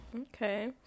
okay